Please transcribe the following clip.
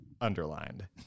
underlined